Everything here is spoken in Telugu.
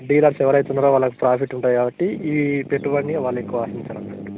డీలర్స్ ఎవరైతే ఉన్నరో వాళ్ళకి ప్రాఫిట్ ఉంటుంది కాబట్టి ఈ పెట్టుబడిని వాళ్ళు ఎక్కువ ఆశించరు అన్నట్టు